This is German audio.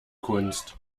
kunst